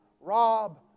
rob